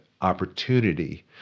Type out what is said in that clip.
opportunity